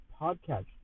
podcast